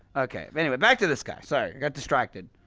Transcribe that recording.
okay, but anyway, back to this guy! sorry, i got distracted